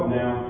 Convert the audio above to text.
now